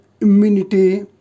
immunity